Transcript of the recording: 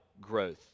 growth